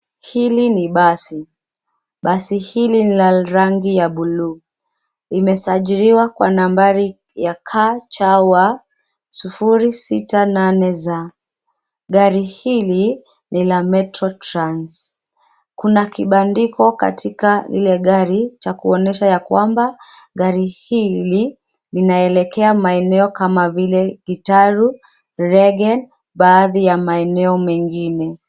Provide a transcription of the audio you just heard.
Hili ni basi. Basi hili lina rangi ya bluu. Limesajiliwa kwa nambari ya KCW 068Z.Gari hili ni la Metro Trans. Kuna kibandiko katika lile gari, cha kuonyesha ya kwamba, gari hili linaelekea maeneo kama vile; Gitaru, Regen baadhi ya maeneo mengine.